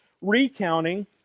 recounting